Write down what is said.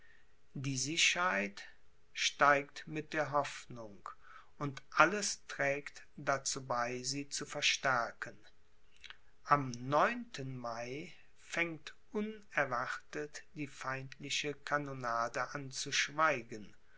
die sicherheit steigt mit der hoffnung und alles trägt dazu bei sie zu verstärken am mai fängt unerwartet die feindliche kanonade an zu schweigen